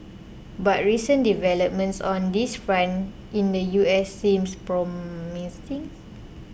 but recent developments on this front in the US seems promising